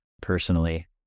personally